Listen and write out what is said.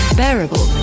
bearable